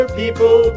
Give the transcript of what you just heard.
people